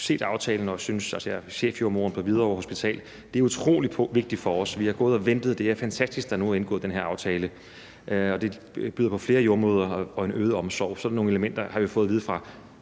Hvidovre Hospital synes efter at have set aftalen. Det er utrolig vigtigt for os. Vi har gået og ventet. Det er fantastisk, der nu er indgået den her aftale. Det byder på flere jordemødre og en øget omsorg. Sådan nogle ting har vi fået at vide fra